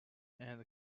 and